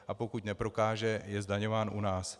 A pokud neprokáže, je zdaňován u nás.